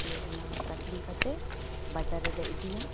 ᱫᱤᱭᱮ ᱚᱱᱟ ᱠᱟᱴᱤᱱ ᱠᱟᱛᱮ ᱵᱟᱡᱟᱨ ᱨᱮᱞᱮ ᱤᱫᱤᱟ